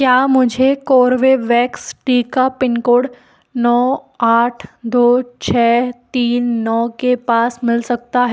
क्या मुझे कोर्बेवैक्स टीका पिन कोड नौ आठ दौ छः तीन नौ के पास मिल सकता